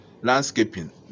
landscaping